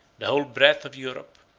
the whole breadth of europe,